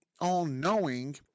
all-knowing